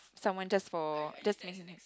someone just for just